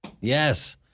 Yes